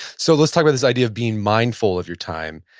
so let's talk about this idea of being mindful of your time.